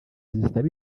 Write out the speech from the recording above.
zisaba